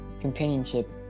companionship